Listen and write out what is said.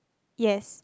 yes